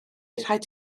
rhaid